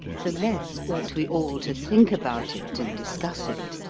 the less ought we all to think about it and discuss it.